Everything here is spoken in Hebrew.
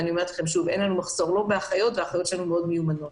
ואין לנו מחסור באחיות מיומנות.